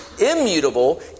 immutable